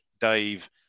Dave